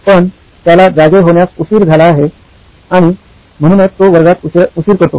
पण त्याला जागे होण्यास उशीर झाला आहे आणि म्हणूनच तो वर्गात उशीर करतो